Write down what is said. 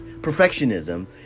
perfectionism